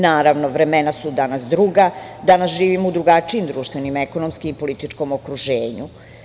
Naravno, vremena su danas druga, danas živimo u drugačijem društvenom, ekonomskom i političkom okruženju.